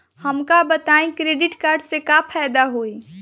हमका बताई credit card से का फायदा होई?